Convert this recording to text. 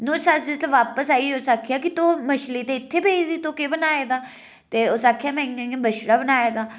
नूंह् सस्स जिसलै बापिस आई उस आखेआ की तू मछली ते इ'त्थें पेदी ऐ तू केह् बनाये दा ते उस आखेआ में इ'यां इ'यां बछड़ा बनाये दा